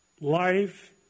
life